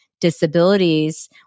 Disabilities